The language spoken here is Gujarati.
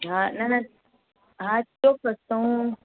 હા ના ના હા ચોક્કસ તો હુ